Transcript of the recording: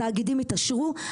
התאגידים התעשרו,